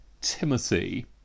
Timothy